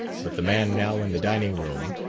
but the man now in the dining-room,